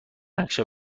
نقشه